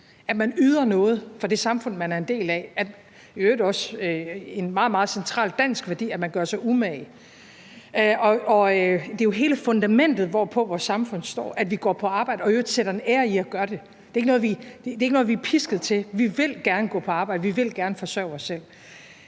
at man yder noget for det samfund, man er en del af. Det er i øvrigt også en meget, meget central dansk værdi, at man gør sig umage. Det er jo hele fundamentet, hvorpå vores samfund står, at vi går på arbejde og i øvrigt sætter en ære i at gøre det. Det er ikke noget, vi er pisket til. Vi vil gerne gå på arbejde, og vi vil gerne forsørge os selv.